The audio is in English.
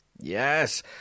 Yes